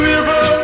River